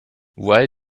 why